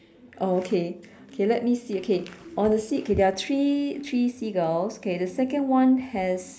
oh okay okay let me see okay on the sea okay there are three three seagulls okay the second one has